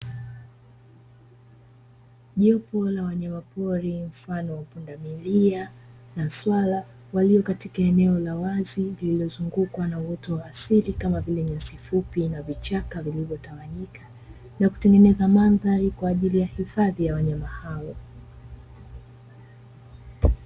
Jopo la wanyamapori mfano wa pundamilia na swala, walio katika eneo la wazi lililozungukwa na uoto wa asili kama vile: nyasi fupi na vichaka vilivyotawanyika na kutengeneza mandhari kwa ajili ya hifadhi ya wanyama hao.